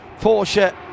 Porsche